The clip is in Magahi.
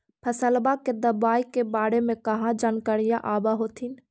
फसलबा के दबायें के बारे मे कहा जानकारीया आब होतीन?